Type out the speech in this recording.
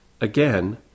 Again